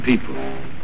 people